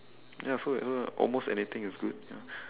ya so so almost anything is good ya